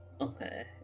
Okay